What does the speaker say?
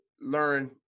learn